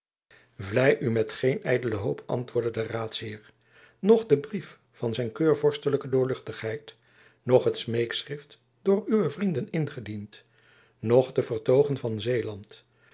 vlei u met geen ydele hoop antwoordde de raadsheer noch de brief van zijn keurvorstelijke doorluchtigheid noch het smeekschrift door uwe vrienden ingediend noch de vertoogen van zeeland